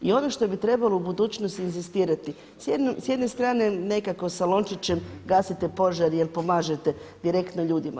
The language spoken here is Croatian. I ono što bi trebalo u budućnosti inzistirati s jedne strane nekako sa lončićem gasite požar, jer pomažete direktno ljudima.